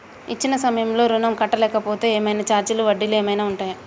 ఇచ్చిన సమయంలో ఋణం కట్టలేకపోతే ఏమైనా ఛార్జీలు వడ్డీలు ఏమైనా ఉంటయా?